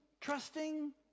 trusting